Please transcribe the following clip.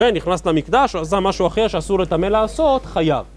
כן, נכנס למקדש, עשה משהו אחר שאסור לטמא לעשות, חייב.